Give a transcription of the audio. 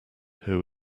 who